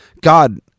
God